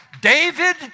David